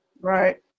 Right